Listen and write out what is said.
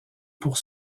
pour